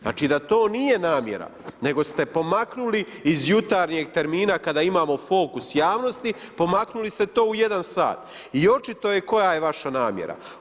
Znači da to nije namjera, nego ste pomaknuli iz jutarnjeg termina, kada imamo fokus javnosti, pomaknuli ste to u 1 h. I očito je koja je vaša namjera.